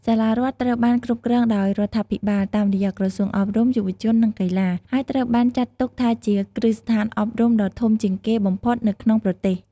សាលារដ្ឋត្រូវបាន គ្រប់គ្រងដោយរដ្ឋាភិបាល តាមរយៈក្រសួងអប់រំ យុវជន និងកីឡា ហើយត្រូវបានចាត់ទុកថាជាគ្រឹះស្ថានអប់រំដ៏ធំជាងគេបំផុតនៅក្នុងប្រទេស។